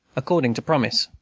according to promise.